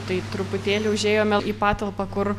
tai truputėlį užėjome į patalpą kur